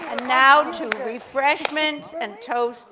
now to refreshments and